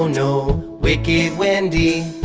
no, wicked wendy.